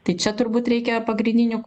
tai čia turbūt reikia pagrindinių